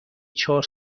چهار